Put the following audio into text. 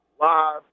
live